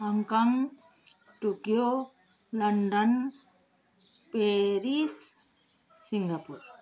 Hong Kong Tokyo London Paris Singapore